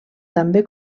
també